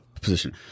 position